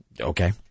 Okay